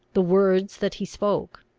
the words that he spoke,